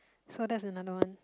so that's another one